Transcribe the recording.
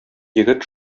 егет